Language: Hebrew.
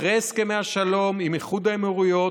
אחרי הסכמי השלום עם איחוד האמירויות,